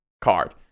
card